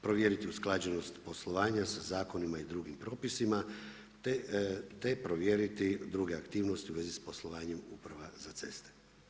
Provjeriti usklađenost poslovanja sa zakonima i drugim propisima, te provjeriti druge aktivnosti u vezi s poslovanjem uprava za ceste.